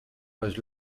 was